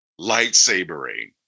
Lightsabering